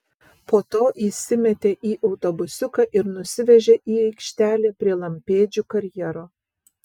po to įsimetė į autobusiuką ir nusivežė į aikštelę prie lampėdžių karjero